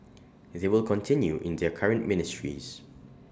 they will continue in their current ministries